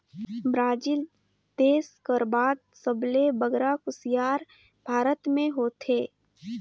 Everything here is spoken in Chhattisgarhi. ब्राजील देस कर बाद सबले बगरा कुसियार भारत में होथे